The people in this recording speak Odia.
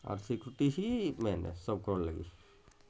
ଆ ସିକ୍ୟୁରିଟି ହି ମେନ୍ ସବୁ କରକି ଲାଗି